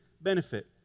benefit